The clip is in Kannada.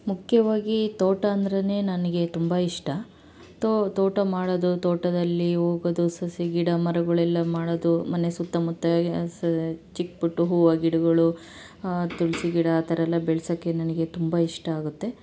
ಮುಖ್ಯವಾಗಿ ತೋಟ ಅಂದರೇನೆ ನನಗೆ ತುಂಬ ಇಷ್ಟ ತೋ ತೋಟ ಮಾಡೋದು ತೋಟದಲ್ಲಿ ಹೋಗೋದು ಸಸಿ ಗಿಡ ಮರಗಳೆಲ್ಲ ಮಾಡೋದು ಮನೆ ಸುತ್ತಮುತ್ತ ಚಿಕ್ಕಪುಟ್ಟ ಹೂವು ಗಿಡಗಳು ತುಳಸಿ ಗಿಡ ಆ ಥರ ಎಲ್ಲ ಬೆಳ್ಸೋಕ್ಕೆ ನನಗೆ ತುಂಬ ಇಷ್ಟ ಆಗುತ್ತೆ